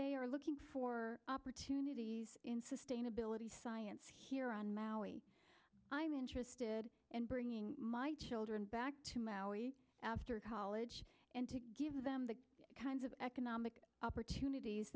they are looking for opportunities in sustainability science here on maui i'm interested in bringing my children back to maui after college and to give them the kinds of economic opportunities